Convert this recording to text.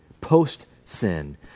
post-sin